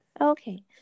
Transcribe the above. Okay